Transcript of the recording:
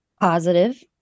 Positive